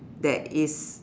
that is